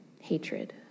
hatred